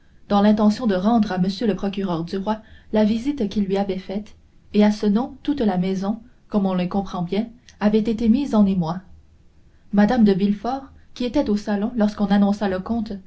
dans l'intention de rendre à m le procureur du roi la visite qu'il lui avait faite et à ce nom toute la maison comme on le comprend bien avait été mise en émoi mme de villefort qui était au salon lorsqu'on annonça le comte